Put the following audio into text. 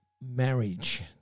marriage